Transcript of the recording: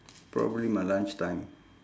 probably my lunch time